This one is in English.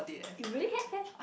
it really have eh